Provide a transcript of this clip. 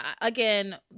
again